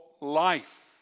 life